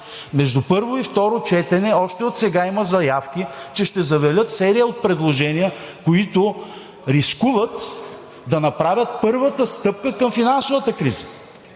Между първото и второто четене още отсега има заявки, че ще завалят серия от предложения, които рискуват да направят първата стъпка към финансовата криза,